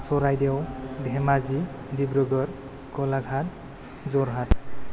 Charaideo Dhemaji Dibrugarh Golaghat Jorhat